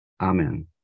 Amen